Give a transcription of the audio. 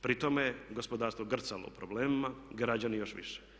Pri tome je gospodarstvo grcalo u problemima, građani još više.